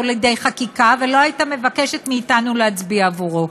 לידי חקיקה ולא הייתה מבקשת מאתנו להצביע בעדו.